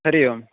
हरिः ओम्